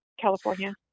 California